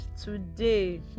today